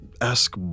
ask